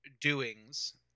doings